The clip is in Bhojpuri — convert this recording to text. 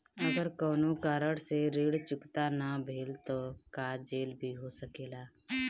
अगर कौनो कारण से ऋण चुकता न भेल तो का जेल भी हो सकेला?